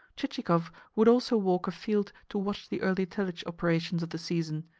chichikov would also walk afield to watch the early tillage operations of the season,